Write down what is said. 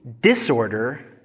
disorder